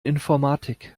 informatik